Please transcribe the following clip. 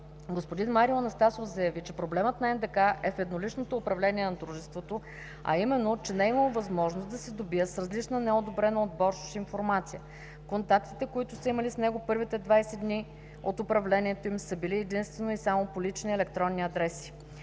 господин Марио Анастасов заяви, че проблемът на НДК е в едноличното управление на дружеството, а именно, че не е имало възможност да се сдобият с различна и неодобрена от господин Боршош информация. Контактите, които са имали с него първите 20 дни от управлението им са били по лични електронни адреси.